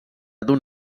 d’un